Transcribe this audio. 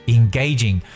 engaging